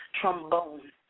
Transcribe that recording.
trombone